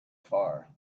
far